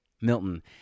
Milton